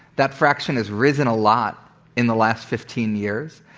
that fraction has risen a lot in the last fifteen years.